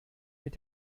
mit